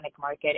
market